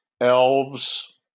elves